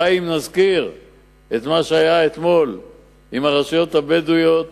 די אם נזכיר את מה שהיה אתמול עם הרשויות הבדואיות,